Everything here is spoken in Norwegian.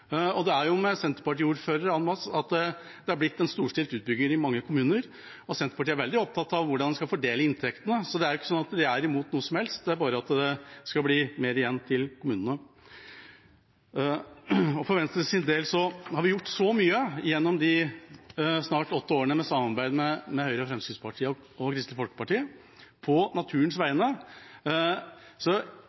og det har jo med Senterparti-ordførere en masse blitt en storstilt utbygging i mange kommuner. Senterpartiet er veldig opptatt av hvordan en skal fordele inntektene, så det er ikke sånn at de er imot noe som helst, det er bare at det skal bli mer igjen til kommunene. For Venstres del har vi gjort så mye på naturens vegne gjennom de snart åtte årene med samarbeid med Høyre, Fremskrittspartiet og Kristelig Folkeparti,